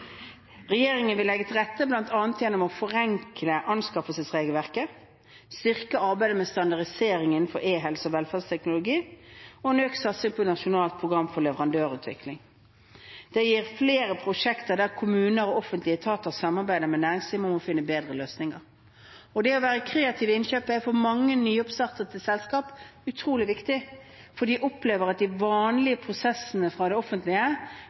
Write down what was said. Regjeringen vil legge til rette, bl.a. gjennom å forenkle anskaffelsesregelverket, styrke arbeidet med standardiseringen innenfor e-helse og velferdsteknologi og ved økt satsing på Nasjonalt program for leverandørutvikling. Dette gir flere prosjekter der kommuner og offentlige etater samarbeider med næringslivet om å finne bedre løsninger. Det å være kreativ i innkjøpet er for mange nyoppstartede selskap utrolig viktig, for de opplever at de vanlige prosessene fra det offentlige